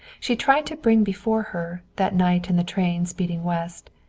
she tried to bring before her, that night in the train speeding west,